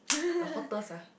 the hottest ah